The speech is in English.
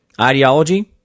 ideology